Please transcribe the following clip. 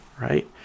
right